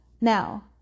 now